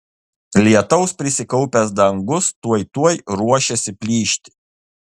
lietaus prisikaupęs dangus tuoj tuoj ruošėsi plyšti